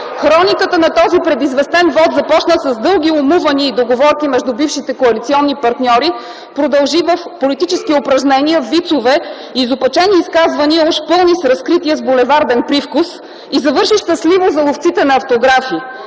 Хрониката на този предизвестен вот започна с дълги умувания и договорки между бившите коалиционни партньори, продължи в политически упражнения, вицове, изопачени изказвания, уж пълни с разкрития в булеварден привкус и завърши щастливо за ловците на автографи.